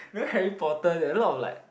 you know Harry-Potter that have a lot of like